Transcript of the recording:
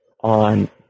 on